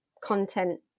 content